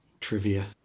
trivia